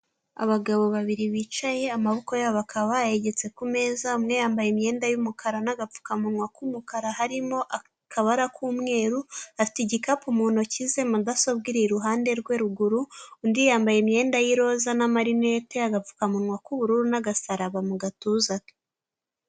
Abagabo babiri bicaye amaboko yabo bakaba bayegetse ku meza, umwe yambaye imyenda y'umukara n'agapfukamunwa k'umukara harimo akabara k'umweru, afite igikapu mu ntoki ze, mudasobwa iri iruhande rwe ruguru, undi yambaye imyenda y'iroza n'amarinete, agapfukamunwa k'ubururu n'agasaraba mu gatuza ke.